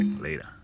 later